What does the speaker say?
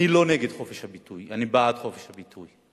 אני לא נגד חופש הביטוי, אני בעד חופש הביטוי.